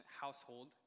household